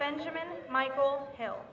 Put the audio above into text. benjamin michael hill